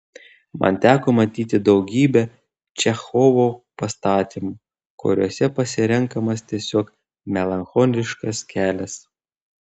man teko matyti daugybę čechovo pastatymų kuriuose pasirenkamas tiesiog melancholiškas kelias